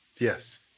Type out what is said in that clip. Yes